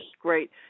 Great